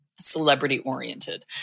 celebrity-oriented